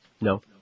No